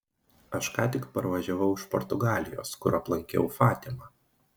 aš ką tik parvažiavau iš portugalijos kur aplankiau fatimą